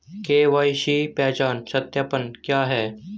KYC पहचान सत्यापन क्या है?